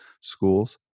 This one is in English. schools